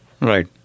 Right